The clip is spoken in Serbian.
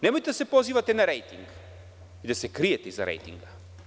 Nemojte da se pozivate na rejting, da se krijete iza rejtinga.